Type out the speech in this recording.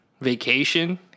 vacation